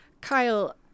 Kyle